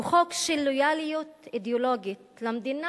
הוא חוק של לויאליות אידיאולוגית למדינה